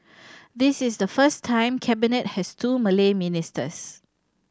this is the first time Cabinet has two Malay ministers